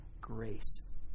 grace